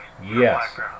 Yes